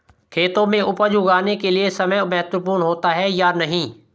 खेतों में उपज उगाने के लिये समय महत्वपूर्ण होता है या नहीं?